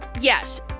Yes